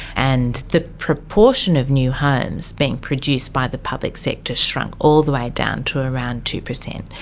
and the proportion of new homes being produced by the public sector shrunk all the way down to around two percent.